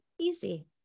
Easy